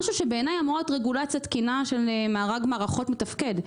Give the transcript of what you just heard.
מה שאמור להיות בעיניי רגולציה תקינה של מארג מערכות מתפקד.